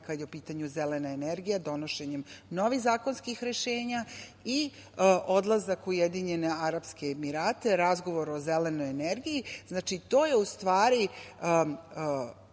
kada je u pitanju zelena energija, donošenje novih zakonskih rešenja i odlazak UAE, razgovor o zelenoj energiji. Znači, to je u stvari